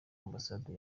ambasade